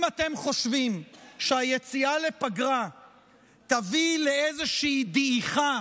אם אתם חושבים שהיציאה לפגרה תביא לאיזושהי דעיכה